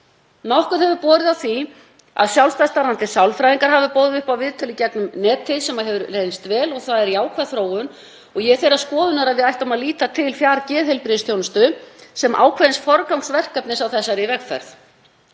Nokkuð hefur borið á því að sjálfstætt starfandi sálfræðingar hafa boðið upp á viðtöl í gegnum netið sem hefur reynst vel og það er jákvæð þróun. Ég er þeirrar skoðunar að við ættum að líta til fjargeðheilbrigðisþjónustu sem ákveðins forgangsverkefnis á þessari vegferð.